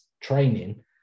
training